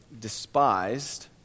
despised